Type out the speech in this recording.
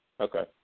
Okay